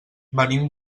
venim